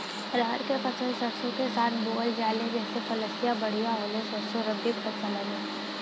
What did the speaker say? रहर क फसल सरसो के साथे बुवल जाले जैसे फसलिया बढ़िया होले सरसो रबीक फसल हवौ